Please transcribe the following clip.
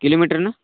किलोमीटरनं